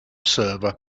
server